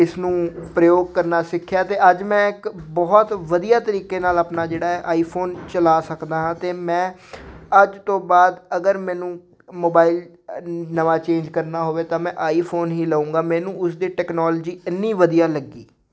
ਇਸ ਨੂੰ ਪ੍ਰਯੋਗ ਕਰਨਾ ਸਿੱਖਿਆ ਅਤੇ ਅੱਜ ਮੈਂ ਇੱਕ ਬਹੁਤ ਵਧੀਆ ਤਰੀਕੇ ਨਾਲ ਆਪਣਾ ਜਿਹੜਾ ਆਈਫੋਨ ਚਲਾ ਸਕਦਾ ਹਾਂ ਅਤੇ ਮੈਂ ਅੱਜ ਤੋਂ ਬਾਅਦ ਅਗਰ ਮੈਨੂੰ ਮੋਬਾਇਲ ਨਵਾ ਚੇਂਜ ਕਰਨਾ ਹੋਵੇ ਤਾਂ ਮੈਂ ਆਈ ਫੋਨ ਹੀ ਲਊਂਗਾ ਮੈਨੂੰ ਉਸ ਦੀ ਟੈਕਨੋਲੋਜੀ ਇੰਨੀ ਵਧੀਆ ਲੱਗੀ